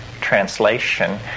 translation